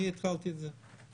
אני התחלתי את זה.